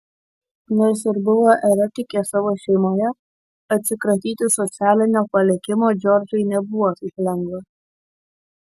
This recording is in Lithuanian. nors ir buvo eretikė savo šeimoje atsikratyti socialinio palikimo džordžai nebuvo taip lengva